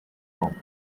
moment